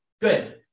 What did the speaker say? good